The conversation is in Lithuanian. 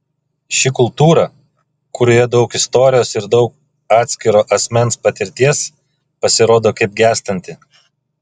ši kultūra kurioje daug istorijos ir daug atskiro asmens patirties pasirodo kaip gęstanti